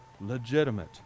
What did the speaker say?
legitimate